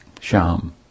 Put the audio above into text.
sham